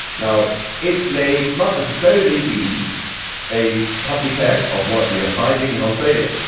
now it may not necessarily be a copycat of what we are finding in australia,